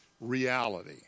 reality